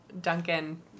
Duncan